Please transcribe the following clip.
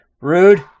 Rude